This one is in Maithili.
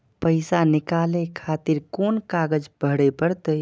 पैसा नीकाले खातिर कोन कागज भरे परतें?